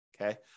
Okay